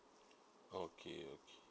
okay okay